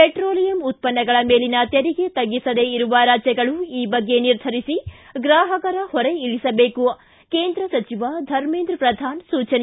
petroleum ಉತ್ತನ್ನಗಳ ಮೇಲಿನ ತೆರಿಗೆ ತಗ್ಗಿಸದೇ ಇರುವ ರಾಜ್ಯಗಳು ಈ ಬಗ್ಗೆ ನಿರ್ಧರಿಸಿ ಗ್ರಾಪಕರ ಹೊರೆ ಇಳಿಸಬೇಕು ಕೇಂದ್ರ ಸಚಿವ ಧರ್ಮೇಂದ್ರ ಪ್ರಧಾನ್ ಸೂಚನೆ